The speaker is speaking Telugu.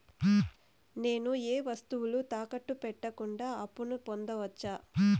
నేను ఏ వస్తువులు తాకట్టు పెట్టకుండా అప్పును పొందవచ్చా?